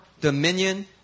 dominion